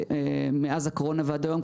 מאז הקורונה ועד היום,